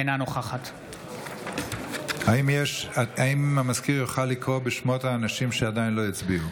אינה נוכחת האם המזכיר יוכל לקרוא בשמות האנשים שעדיין לא הצביעו?